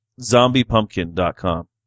Zombiepumpkin.com